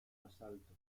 asalto